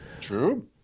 True